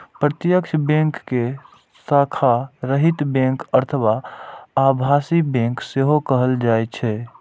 प्रत्यक्ष बैंक कें शाखा रहित बैंक अथवा आभासी बैंक सेहो कहल जाइ छै